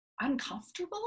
uncomfortable